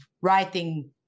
writing